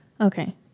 okay